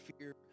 fear